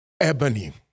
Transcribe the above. Ebony